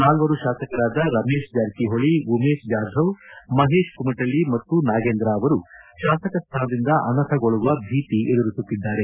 ನಾಲ್ವರು ಶಾಸಕರಾದ ರಮೇಶ್ ಜಾರಕಿಹೊಳಿ ಉಮೇಶ್ ಜಾಧವ್ ಮಹೇಶ್ ಕುಮಟಳ್ಳ ಮತ್ತು ನಾಗೇಂದ್ರ ಅವರು ಶಾಸಕ ಸ್ಥಾನದಿಂದ ಅನರ್ಹಗೊಳ್ಳುವ ಭೀತಿ ಎದುರಿಸುತ್ತಿದ್ದಾರೆ